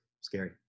Scary